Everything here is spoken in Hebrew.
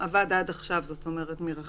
כבר אמרו לי בעבר שהעלות של המדיות בציבור